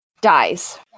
dies